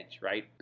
right